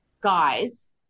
guys